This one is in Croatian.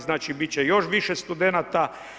Znači, biti će još više studenata.